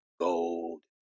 gold